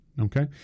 okay